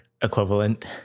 equivalent